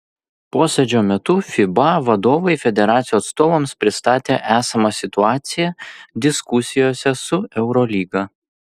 posėdžio metu fiba vadovai federacijų atstovams pristatė esamą situaciją diskusijose su eurolyga